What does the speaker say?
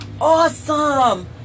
awesome